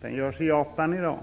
Den görs i Japan i dag.